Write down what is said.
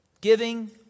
giving